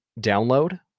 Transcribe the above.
download